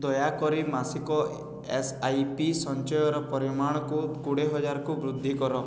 ଦୟାକରି ମାସିକ S I P ସଞ୍ଚୟର ପରିମାଣକୁ କୋଡ଼ିଏ ହଜାରକୁ ବୃଦ୍ଧି କର